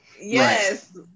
Yes